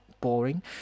boring